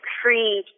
free